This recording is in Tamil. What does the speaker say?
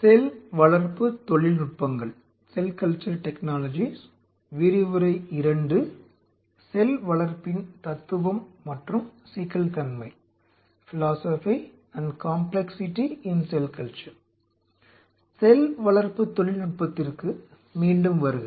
செல் வளர்ப்பு தொழில்நுட்பத்திற்கு மீண்டும் வருக